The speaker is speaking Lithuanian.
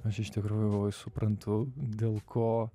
aš iš tikrųjų suprantu dėl ko